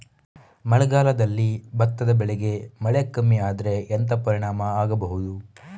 ಮಳೆಗಾಲದಲ್ಲಿ ಭತ್ತದ ಬೆಳೆಗೆ ಮಳೆ ಕಮ್ಮಿ ಆದ್ರೆ ಎಂತ ಪರಿಣಾಮ ಆಗಬಹುದು?